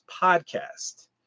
podcast